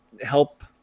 help